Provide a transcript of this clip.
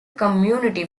community